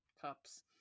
cups